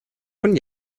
von